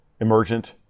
emergent